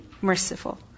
merciful